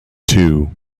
two